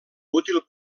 útil